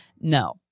no